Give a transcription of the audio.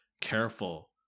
careful